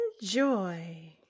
Enjoy